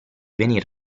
venir